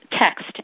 text